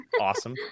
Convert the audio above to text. awesome